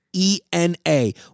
E-N-A